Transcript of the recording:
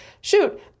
Shoot